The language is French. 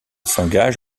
s’engage